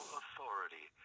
authority